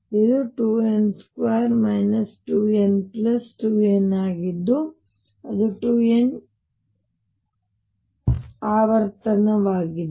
ಆದ್ದರಿಂದ ಇದು 2n2 2n2n ಆಗಿದ್ದು ಅದು 2 n ಚೌಕವಾಗಿದೆ